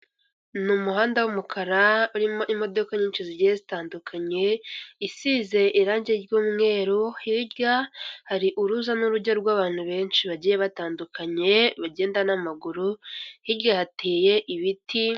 Ni umuhanda w'umukara urimo imodoka nyinshi zigiye zitandukanye, isize irangi ry'umweru, hirya hari uruza n'urujya rw'abantu benshi bagiye batandukanye bagenda n'amaguru, hirya hateye ibiti.